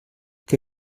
que